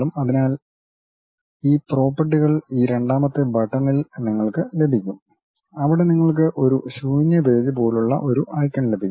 അതിനാൽ ഈ പ്രോപ്പർട്ടികൾ ഈ രണ്ടാമത്തെ ബട്ടണിൽ നിങ്ങൾക്ക് ലഭിക്കും അവിടെ നിങ്ങൾക്ക് ഒരു ശൂന്യ പേജ് പോലുള്ള ഒരു ഐക്കൺ ലഭിക്കും